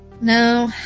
No